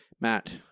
Matt